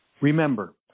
remember